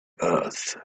earth